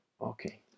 okay